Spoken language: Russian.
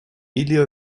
или